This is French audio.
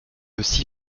aussi